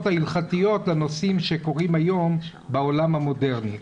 ההלכתיות לנושאים שקורים היום בעולם המודרני.